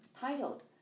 titled